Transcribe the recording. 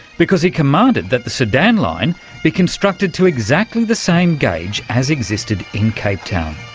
because he commanded that the sudan line be constructed to exactly the same gauge as existed in cape town.